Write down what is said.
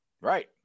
Right